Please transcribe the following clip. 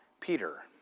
Peter